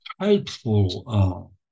helpful